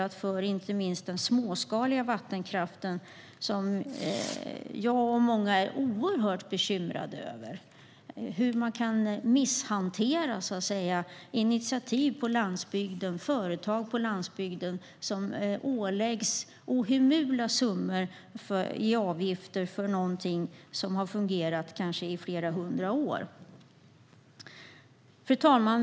Det gäller inte minst den småskaliga vattenkraften som jag och många med mig är oerhört bekymrade över. Man har så att säga misshanterat företag på landsbygden som åläggs ohemula summor i avgifter för någonting som har fungerat kanske i flera hundra år. Fru talman!